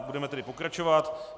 Budeme tedy pokračovat.